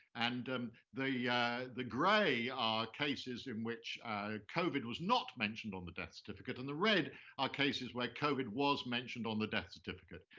and um the yeah the gray are cases in which covid was not mentioned on the death certificate, and the red are cases where covid was mentioned on the death certificate.